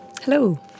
Hello